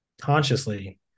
consciously